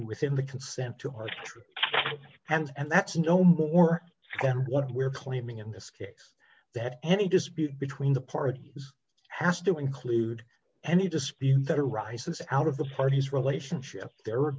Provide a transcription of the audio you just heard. with him the consent to her hand and that's no more than what we are claiming in this case that any dispute between the parties has to include any dispute that arises out of the parties relationship there are